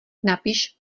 napiš